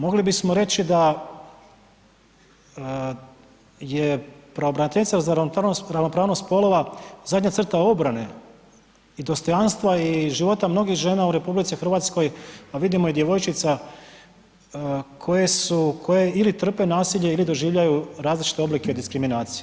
Mogli bismo reći da je pravobraniteljica za ravnopravnost spolova zadnja crta obrane i dostojanstva i života mnogih žena u RH pa vidimo i djevojčica koje su, koje ili trpe nasilje ili doživljavaju različite oblike diskriminacije.